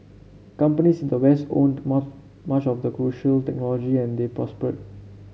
companies in the west owned much of the crucial technology and they prospered